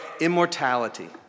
immortality